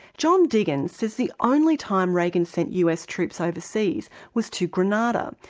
john diggins says the only time reagan sent us troops overseas was to grenada,